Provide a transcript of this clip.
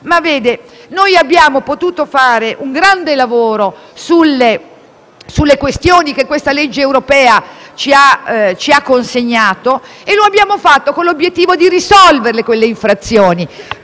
nostro. Noi abbiamo potuto fare un grande lavoro sulle questioni che il disegno di legge europea ci ha consegnato e lo abbiamo fatto con l'obiettivo di risolvere quelle infrazioni.